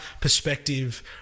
perspective